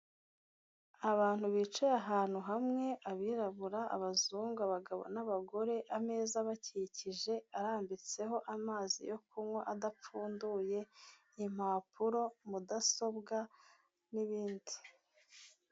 Abantu bicaye ahantu hamwe abirabura abazungu ,abagabo n'abagore ameza abakikije arambitseho amazi yo kunywa, adapfunduye impapuro, mudasobwa n'ibindi.